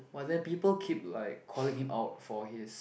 while there're people keep like calling him out for his